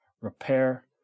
repair